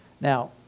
Now